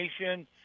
Nation